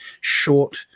short